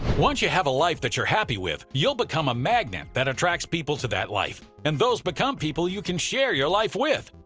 once you have a life that you're happy with, you'll become a magnet that attracts people to that life. and those become people you can share your life with.